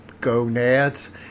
Gonads